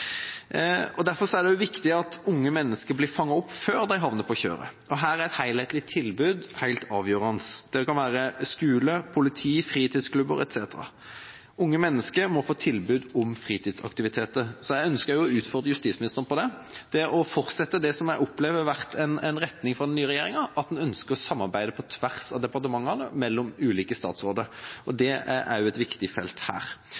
store. Derfor er det også viktig at unge mennesker blir fanget opp før de havner på «kjøret». Her er et helhetlig tilbud helt avgjørende. Det kan være skole, politi, fritidsklubber etc. Unge mennesker må få tilbud om fritidsaktiviteter. Så jeg ønsker å utfordre justisministeren på det, å fortsette med det som jeg opplever har vært en retning fra den nye regjeringa, at en ønsker å samarbeide på tvers av departementene og ulike statsråder. Det er også et viktig felt her.